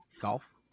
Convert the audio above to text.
golf